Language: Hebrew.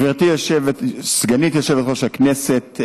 גברתי סגנית יושב-ראש הכנסת,